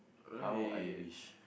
how I wish